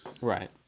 Right